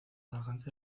garganta